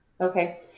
Okay